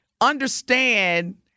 understand